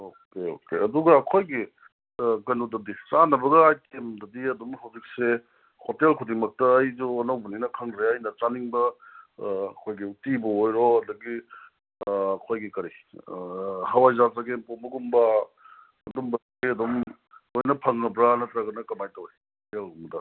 okay okay ꯑꯗꯨꯒ ꯑꯩꯈꯣꯏꯒꯤ ꯀꯩꯅꯣꯗꯨꯗꯤ ꯆꯥꯅꯕꯒ ꯑꯥꯏꯇꯦꯃꯗꯨꯗꯤ ꯑꯗꯨꯝ ꯍꯧꯖꯤꯛꯁꯦ ꯍꯣꯇꯦꯜ ꯈꯨꯗꯤꯡꯃꯛꯇ ꯑꯩꯁꯨ ꯑꯅꯧꯕꯅꯤꯅ ꯈꯪꯗ꯭ꯔꯦ ꯑꯩꯅ ꯆꯥꯅꯤꯡꯕ ꯑꯩꯈꯣꯏꯒꯤ ꯎꯇꯤꯕꯨ ꯑꯣꯏꯔꯣ ꯑꯗꯒꯤ ꯑꯩꯈꯣꯏꯒꯤ ꯀꯔꯤ ꯀꯔꯤ ꯍꯋꯥꯏꯖꯥꯔ ꯆꯒꯦꯝ ꯄꯣꯝꯕꯒꯨꯝꯕ ꯑꯗꯨꯝꯕ ꯑꯗꯨꯗꯤ ꯑꯗꯨꯝ ꯂꯣꯏꯅ ꯐꯪꯉꯕ꯭ꯔꯥ ꯅꯠꯇ꯭ꯔꯒ ꯀꯃꯥꯏꯅ ꯇꯧꯏ